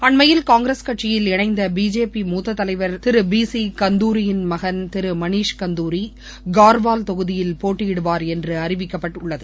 அண்மையில் காங்கிரஸ் கட்சியில் இணைந்த பிஜேபி மூத்தத் தலைவர் பி சி கந்தூரியின் மகன் திரு மணிஷ் கந்தூரி கார்வால் தொகுதியில் போட்டியிடுவார் என்று அறிவிக்கப்பட்டுள்ளது